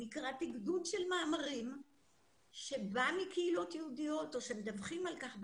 אני קראתי גדוד של מאמרים שבא מקהילות יהודיות או שמדווחים על כך בארץ,